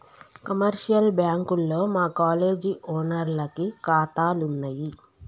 commercial బ్యాంకుల్లో మా college ఓనర్లకి కాతాలున్నయి